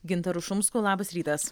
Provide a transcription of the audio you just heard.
gintaro šumsku labas rytas